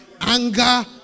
anger